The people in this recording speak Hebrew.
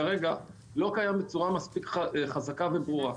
כרגע לא קיימות בצורה מספיק חזקה וברורה.